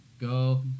Go